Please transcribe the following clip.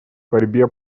борьбе